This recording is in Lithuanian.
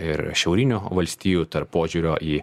ir šiaurinių valstijų tarp požiūrio į